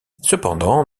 cependant